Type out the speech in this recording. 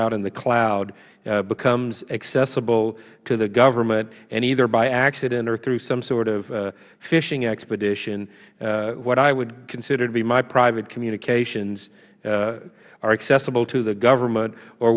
out in the cloud becomes accessible to the government and either by accident or through some sort of fishing expedition what i would consider to be my private communications are accessible to the government or